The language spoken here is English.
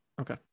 Okay